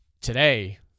today